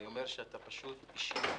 אתה פשוט אישיות